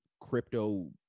crypto